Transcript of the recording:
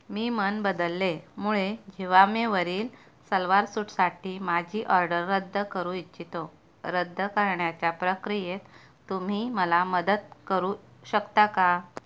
मी मन बदलल्यामुळे जिवामेवरील सलवार सूटसाठी माझी ऑर्डर रद्द करू इच्छित आहे रद्द करण्याच्या प्रक्रियेत तुम्ही मला मदत करू शकता का